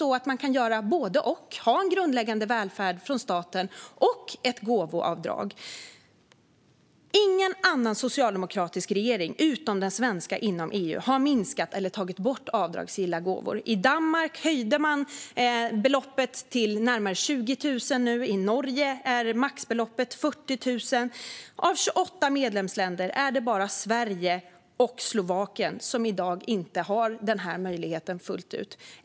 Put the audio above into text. Kan man inte göra både och, ha en grundläggande välfärd från staten och ett gåvoavdrag? Ingen socialdemokratisk regering i EU förutom den svenska har minskat eller tagit bort avdragsgilla gåvor. I Danmark höjde man nu beloppet till närmare 20 000. I Norge är maxbeloppet 40 000. Av 28 EU-medlemsländer är det bara Sverige och Slovakien som i dag inte har denna möjlighet fullt ut.